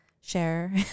share